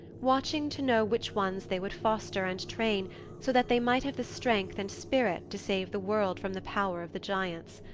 watching to know which ones they would foster and train so that they might have the strength and spirit to save the world from the power of the giants.